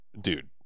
dude